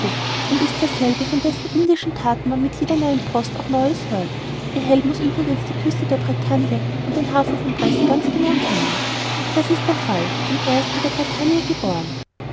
und ist derselbe von dessen indischen thaten man mit jeder neuen post auch neues hört ihr held muß übrigens die küste der bretagne und den hafen von brest ganz genau kennen dies ist der fall denn er ist in der bretagne geboren